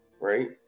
Right